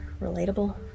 relatable